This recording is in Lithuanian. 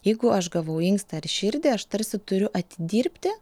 jeigu aš gavau inkstą ar širdį aš tarsi turiu atidirbti